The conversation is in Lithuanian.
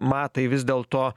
matai vis dėlto